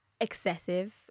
excessive